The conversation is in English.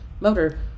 motor